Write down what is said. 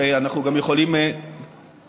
שאנחנו גם יכולים לפתור,